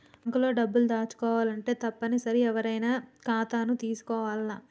bank లో డబ్బులు దాచుకోవాలంటే తప్పనిసరిగా ఎవ్వరైనా సరే ఖాతాని తీసుకోవాల్ల